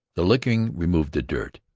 the licking removed the dirt,